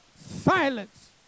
silence